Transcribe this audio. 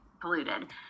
polluted